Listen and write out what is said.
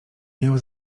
miał